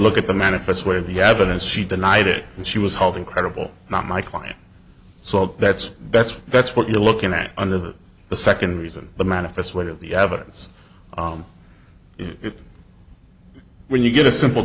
look at the manifest way of the evidence she denied it and she was holding credible not my client so that's that's that's what you're looking at under the second reason the manifest weight of the evidence it when you get a simple